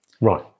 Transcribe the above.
Right